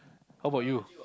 how about you